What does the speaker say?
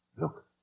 look